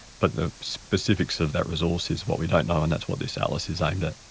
but the specifics of that resource is what we don't know, and that's what this atlas is aimed at.